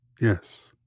yes